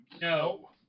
No